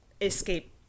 escape